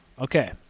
Okay